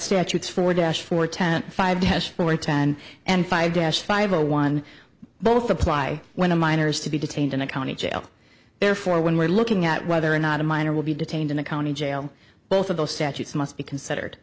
statutes for dash for ten five tests for ten and five dash five zero one both apply when the minors to be detained in a county jail therefore when we're looking at whether or not a minor will be detained in a county jail both of those statutes must be considered